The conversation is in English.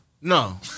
no